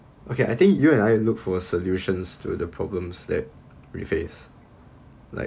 okay I think you and I look for solutions to the problems that we face like